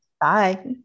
Bye